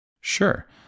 Sure